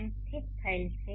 m સ્થિત થયેલ છે